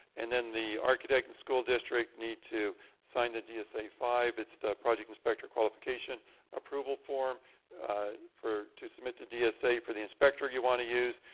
and then the architect and school district need to sign the dsa five, it's the project inspector qualification approval form to submit to dsa for the inspector you want to use.